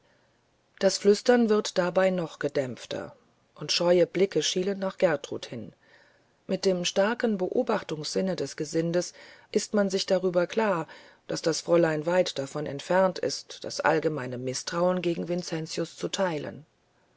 das flüstern wird dabei noch gedämpfter und scheue blicke schielen nach gertrud hin mit dem starken beobachtungssinne des gesindes ist man sich darüber klar daß das fräulein weit davon entfernt ist das allgemeine mißtrauen gegen vincentius zu teilen